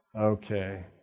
Okay